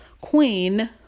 queen